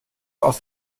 aus